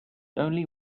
only